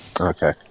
Okay